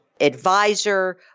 advisor